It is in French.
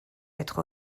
être